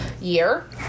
year